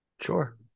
Sure